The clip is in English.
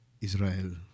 Israel